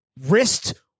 wrist